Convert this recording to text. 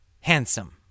handsome